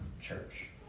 church